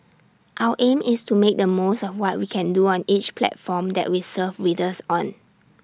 our aim is to make the most of what we can do on each platform that we serve readers on